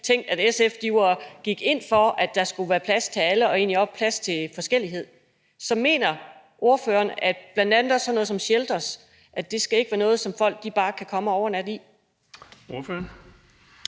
tænkt, at SF gik ind for, at der skulle være plads til alle og egentlig også plads til forskellighed. Så mener ordføreren, at bl.a. også sådan noget som sheltere ikke skal være noget, folk bare kan komme og overnatte